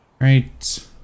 right